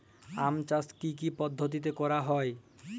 আম চাষ কি কি পদ্ধতিতে করা হয়?